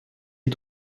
est